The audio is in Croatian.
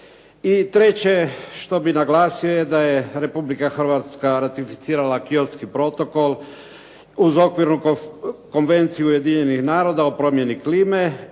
treće što bih naglasio je da je Republika Hrvatska ratificirala Kyotski protokol uz Okvirnu konvenciju Ujedinjenih naroda o promjeni klime